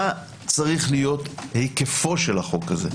מה צריך להיות היקף החוק הזה.